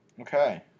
Okay